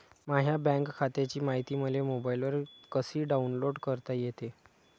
माह्या बँक खात्याची मायती मले मोबाईलवर कसी डाऊनलोड करता येते?